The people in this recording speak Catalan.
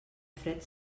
fred